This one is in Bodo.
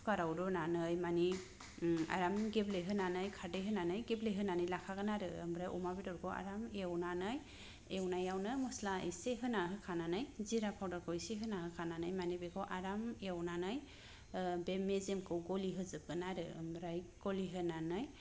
कुकाराव रुनानै मानि आराम गेब्ले होनानै खारदै होनानै गेब्ले होनानै लाखागोन आरो आमफ्राय अमा बेदरखौ आराम एवनानै एवनायावनो मस्ला एसे होना होखानानै जिरा पाउडारखौ एसे होना होखानानै मानि बेखौ आराम एवनानै बे मेजेमखौ गलिहोजोबगोन आरो आमफ्राय गलिहोनानै